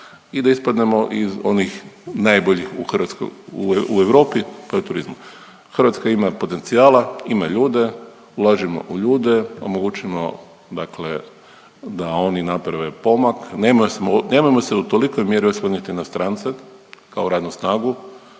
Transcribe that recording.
i da ispadnemo iz onih najboljih u Hrvatskoj, u Europu, pa i turizmu. Hrvatska ima potencijala, ima ljude, ulažimo u ljude, omogućimo dakle da oni naprave pomak, nema, nemojmo se u tolikoj mjeri osloniti na strance ako radnu snagu.